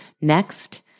Next